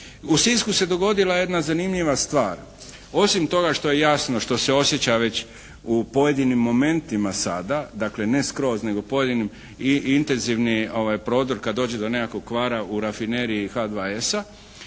U Sisku se dogodila jedna zanimljiva stvar. Osim toga što je jasno što se osjeća već u pojedinim momentima sada, dakle ne skroz nego pojedinim i intenzivni prodor kada dođe do nekakvog kvara u rafineriji H2S-a.